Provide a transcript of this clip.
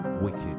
wicked